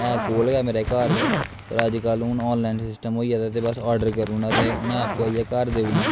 है कोल गै मेरे घर दे फिर अजकल्ल हून आन लाइन सिस्टम होई दा ते बस आर्डर करी ओड़ना ते उ'नें आपूं घर आइयै घर देई ओड़ना